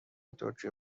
توکیو